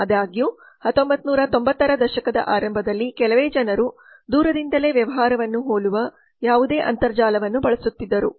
ಆದಾಗ್ಯೂ 1990 ರ ದಶಕದ ಆರಂಭದಲ್ಲಿ ಕೆಲವೇ ಜನರು ದೂರದಿಂದಲೇ ವ್ಯವಹಾರವನ್ನು ಹೋಲುವ ಯಾವುದಕ್ಕೂ ಅಂತರ್ಜಾಲವನ್ನು ಬಳಸುತ್ತಿದ್ದರು